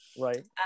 Right